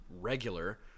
regular